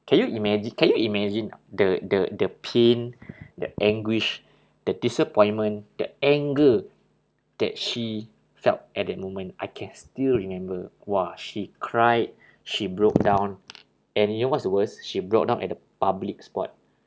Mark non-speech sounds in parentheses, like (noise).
can you imagi~ can you imagine the the the pain (breath) the anguish the disappointment the anger that she felt at that moment I can still remember !wah! she cried she broke down and you know what's the worst she broke down at a public spot